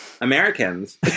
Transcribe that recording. Americans